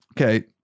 okay